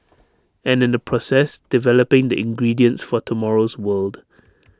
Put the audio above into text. and in the process developing the ingredients for tomorrow's world